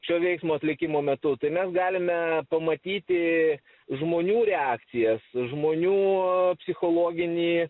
šio veiksmo atlikimo metu tai mes galime pamatyti žmonių reakcijas žmonių psichologinį